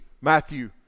Matthew